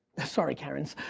sorry, karens.